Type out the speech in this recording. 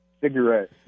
cigarette